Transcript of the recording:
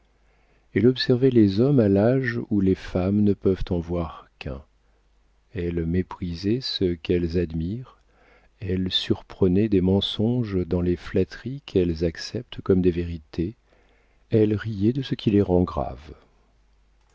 elle observait les hommes à l'âge où les femmes ne peuvent en voir qu'un elle méprisait ce qu'elles admirent elle surprenait des mensonges dans les flatteries qu'elles acceptent comme des vérités elle riait de ce qui les rend graves